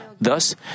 Thus